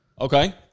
Okay